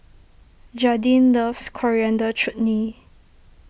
Jadyn loves Coriander Chutney